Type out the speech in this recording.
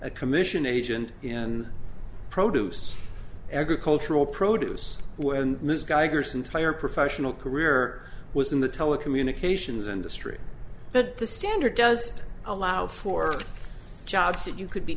a commission agent in produce egret cultural produce when ms geiger's entire professional career was in the telecommunications industry but the standard does allow for jobs that you could be